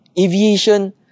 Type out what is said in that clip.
aviation